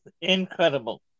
incredible